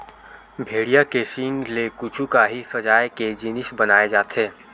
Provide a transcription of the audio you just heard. भेड़िया के सींग ले कुछु काही सजाए के जिनिस बनाए जाथे